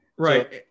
right